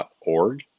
org